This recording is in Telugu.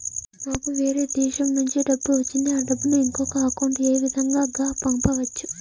నాకు వేరే దేశము నుంచి డబ్బు వచ్చింది ఆ డబ్బును ఇంకొక అకౌంట్ ఏ విధంగా గ పంపొచ్చా?